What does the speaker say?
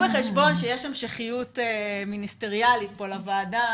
בחשבון שיש המשכיות מיניסטריאלית לוועדה.